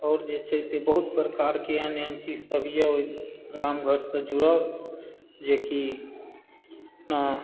आओर जे छै से बहुत प्रकार के एहन एहन चीज सब यऽ ओहि गाम घर सँ जुड़ल जे की अपना